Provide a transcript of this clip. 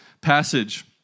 passage